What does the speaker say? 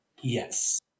yes